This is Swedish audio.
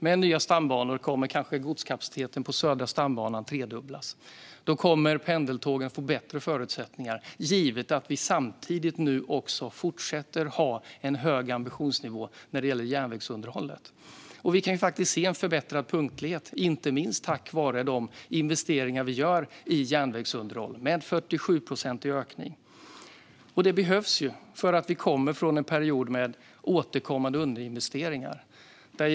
Med nya stambanor kommer godskapaciteten på Södra stambanan att kanske tredubblas och pendeltågen att få bättre förutsättningar - givet att vi samtidigt fortsätter ha en hög ambitionsnivå när det gäller järnvägsunderhållet. Vi kan faktiskt se en förbättrad punktlighet, inte minst tack vare de investeringar vi gör i järnvägsunderhållet med en 47-procentig ökning. Det behövs, för vi kommer från en period med återkommande underinvesteringar.